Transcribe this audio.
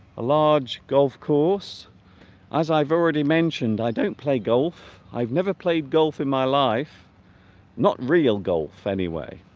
a large golf course as i've already mentioned i don't play golf i've never played golf in my life not real golf anyway